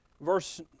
Verse